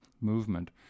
movement